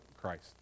Christ